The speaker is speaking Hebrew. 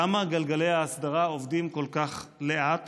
למה גלגלי ההסדרה עובדים כל כך לאט